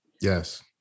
Yes